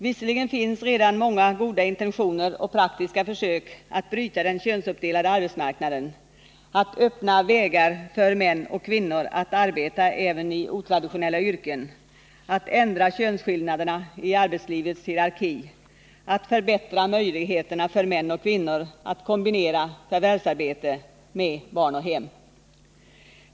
Visserligen finns redan många goda intentioner och praktiska försök att bryta den könsuppdelade arbetsmarknaden, att öppna vägar för män och kvinnor att arbeta även i otraditionella yrken, att ändra könsskillnaderna i arbetslivets hierarki, att förbättra möjligheterna för män och kvinnor att kombinera förvärvsarbete med barn och hem.